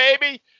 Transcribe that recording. baby